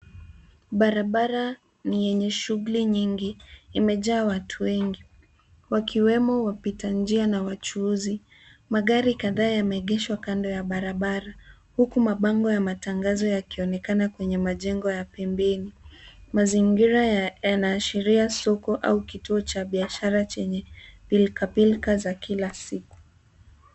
Barabara ni yenye shughuli nyingi imejaa watu wengi wakiwemo wapita njia na wachuuzi. Magari kadhaa yameegeshwa kando ya barabara huku mabango ya matangazo yakionekana kwenye majengo ya pembeni. Mazingira yanaashiria soko au kituo cha biashara chenye pilka pilka za kila siku.